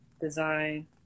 design